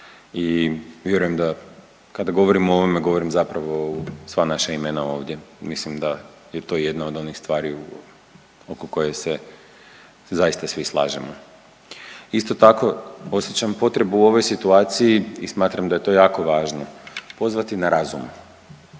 i vjerujem da kada govorimo o ovome govorim zapravo u sva naša imena ovdje, mislim da je to jedna od onih stvari oko koje se zaista svi slažemo. Isto tako osjećam potrebu u ovoj situaciji i smatram da je to jako važno pozvati na razum,